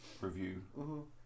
review